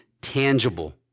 tangible